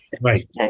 right